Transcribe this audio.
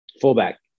Fullback